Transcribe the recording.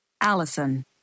Allison